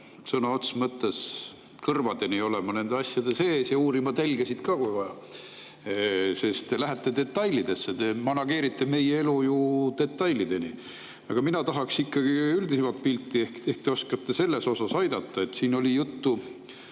sõna otseses mõttes kõrvadeni olema nende asjade sees ja uurima telgesid ka, kui vaja. Te lähete detailidesse, te manageerite meie elu ju detailideni. Aga mina tahaksin üldisemat pilti, ehk te oskate selles osas aidata. Jaak Valge